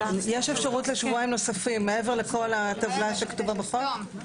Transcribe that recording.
יש אפשרות לשבועיים נוספים מעבר לכל הטבלה שכתובה בחוק?